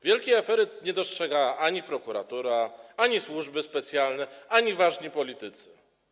Wielkiej afery nie dostrzega ani prokuratura, ani służby specjalne, ani ważni politycy.